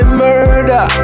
murder